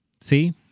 See